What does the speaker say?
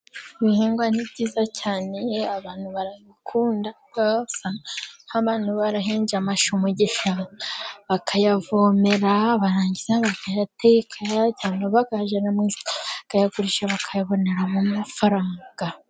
Ibihingwa ni byiza cyane abantu babikunda. Nk'abantu baba barahinze amashyu mu gishanga, bakayavomera, barangiza bakayateka cyangwa bakajyana mu isoko, bakayagurisha bakayabonamo mafaranga.